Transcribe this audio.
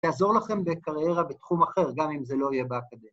‫תעזור לכם בקריירה בתחום אחר, ‫גם אם זה לא יהיה באקדמיה.